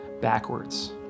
backwards